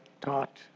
taught